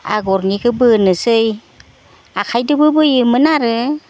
आगरनिखो बोनोसै आखाइदोबो बोयोमोन आरो